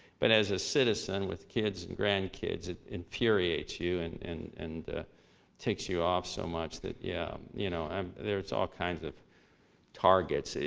but as a citizen with kids and grandkids, it infuriates you and and and ticks you off so much that, yeah, you know um there's all kinds of targets.